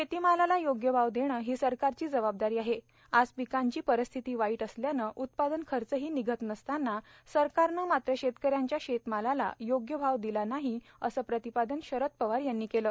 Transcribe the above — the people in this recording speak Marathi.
शेतीमालाला योग्य भाव देणे ही सरकारची जबाबदारी आहे आज पिकांची परिस्थिती वाईट असल्यानं उत्पादन खर्चही निघत नसताना सरकारनं मात्र शेतकऱ्यांच्या शेतमालाला योग्य भाव दिला नाही असं प्रतिपादन शरद पवार यांनी केलं